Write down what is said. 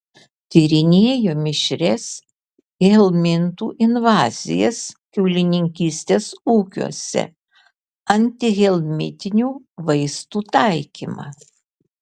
tyrinėjo mišrias helmintų invazijas kiaulininkystės ūkiuose antihelmintinių vaistų taikymą